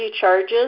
charges